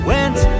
Went